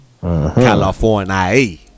California